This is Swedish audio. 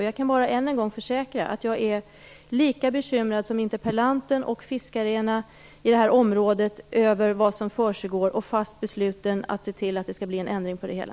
Jag kan bara än en gång försäkra att jag är lika bekymrad som interpellanten och fiskarna i det här området över vad som försiggår, och jag är fast besluten att se till att det blir en ändring på det hela.